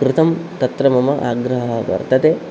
कृतं तत्र मम आग्रहः वर्तते